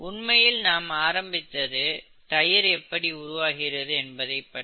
உண்மையில் நாம் அரம்பித்தது தயிர் எப்படி உருவாகிறது என்பதை பற்றி